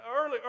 early